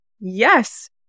yes